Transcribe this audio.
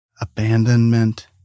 Abandonment